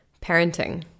Parenting